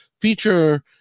feature